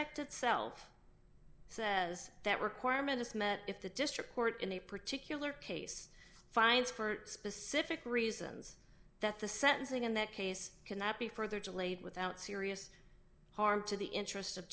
sector itself says that requirement is met if the district court in a particular case finds for specific reasons that the sentencing in that case cannot be further delayed without serious harm to the interest of